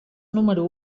número